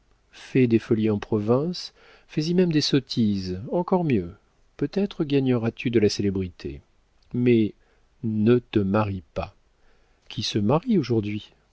fais des folies en province fais-y même des sottises encore mieux peut-être gagneras tu de la célébrité mais ne te marie pas qui se marie aujourd'hui